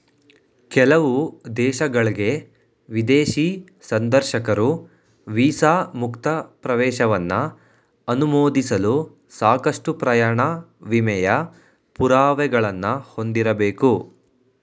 ಕೆಲವು ದೇಶಗಳ್ಗೆ ವಿದೇಶಿ ಸಂದರ್ಶಕರು ವೀಸಾ ಮುಕ್ತ ಪ್ರವೇಶವನ್ನ ಅನುಮೋದಿಸಲು ಸಾಕಷ್ಟು ಪ್ರಯಾಣ ವಿಮೆಯ ಪುರಾವೆಗಳನ್ನ ಹೊಂದಿರಬೇಕು